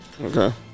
Okay